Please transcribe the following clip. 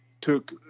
took